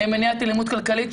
מניעת אלימות כלכלית,